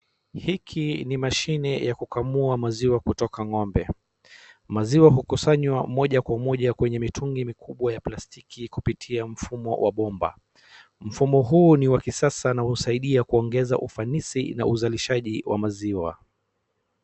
Hiki ni mashine ya kukamua maziwa kutoka ng'ombe. Maziwa hukusanywa moja kwa moja kwenye mitungi mikubwa ya plastiki kupitia mfumo wa bomba mfumo huu ni wa kisasa na husaidia kuongeza ufanisi na uzalishaji wa maziwa.